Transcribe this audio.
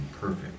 perfect